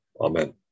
Amen